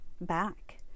back